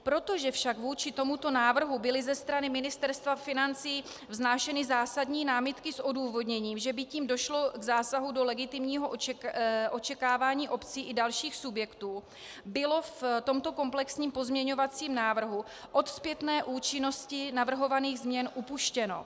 Protože však vůči tomuto návrhu byly ze strany Ministerstva financí vznášeny zásadní námitky s odůvodněním, že by tím došlo k zásahu do legitimního očekávání obcí i dalších subjektů, bylo v tomto komplexním pozměňovacím návrhu od zpětné účinnosti navrhovaných změn upuštěno.